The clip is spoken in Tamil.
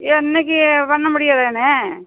ஏன் இன்னிக்கு பண்ண முடியாதா கண்ணு